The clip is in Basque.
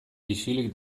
isilik